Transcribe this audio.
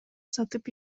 сатып